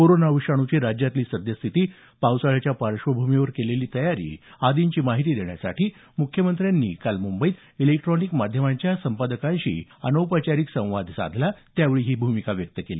corona विषाणूची राज्यातली सद्यस्थिती पावसाळ्याच्या पार्श्वभूमीवर केलेली तयारी आदींची माहिती देण्यासाठी मुख्यमंत्र्यांनी काल मुंबईत इलेक्ट्रॉनिक माध्यमांच्या संपादकांशी अनौपचारिक संवाद साधला त्यावेळी त्यांनी ही भूमिका व्यक्त केली